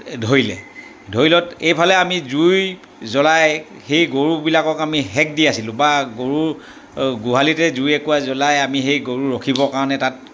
ধৰিলে ধৰিলত এইফালে আমি জুই জ্বলাই সেই গৰুবিলাকক আমি সেক দি আছিলোঁ বা গৰু গোহালিতে জুই একুৰা জ্বলাই আমি সেই গৰু ৰখিবৰ কাৰণে তাত